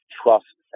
trust